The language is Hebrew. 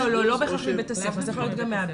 לא בהכרח מבית הספר, זה יכול להיות גם מהבית.